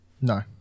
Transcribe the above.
No